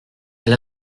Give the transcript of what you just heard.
elle